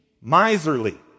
miserly